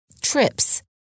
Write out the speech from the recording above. trips